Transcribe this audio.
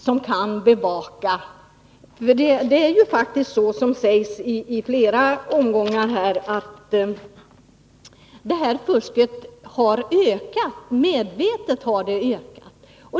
Som jag sagt i flera omgångar här är det faktiskt så att detta fusk medvetet har ökat.